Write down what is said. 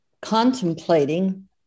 contemplating